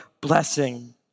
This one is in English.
blessing